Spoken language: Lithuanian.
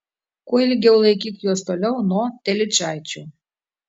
kuo ilgiau laikyk juos toliau nuo telyčaičių